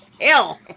hell